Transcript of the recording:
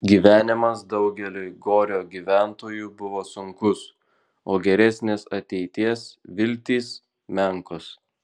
gyvenimas daugeliui gorio gyventojų buvo sunkus o geresnės ateities viltys menkos